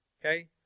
Okay